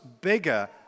bigger